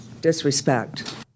disrespect